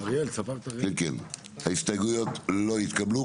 הצבעה ההסתייגויות נדחו אם כך ההסתייגויות לא התקבלו.